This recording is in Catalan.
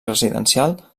residencial